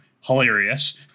Hilarious